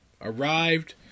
arrived